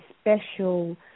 special